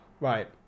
Right